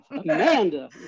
Amanda